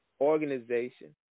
organization